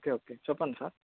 okay okay చెప్పండి sir